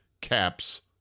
Caps